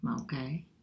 okay